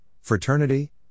fraternity